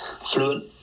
fluent